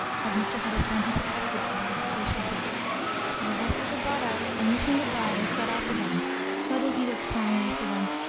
as mr. heatherstone had requested edward that they should do so the horses were brought out, and wishing good-by, they set off again little edith crying after them,